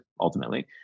ultimately